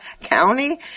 County